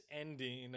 ending –